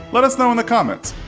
let us know in the comments.